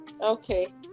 Okay